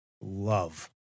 love